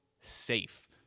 safe